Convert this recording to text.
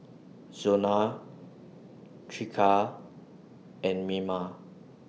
Zona Tricia and Mima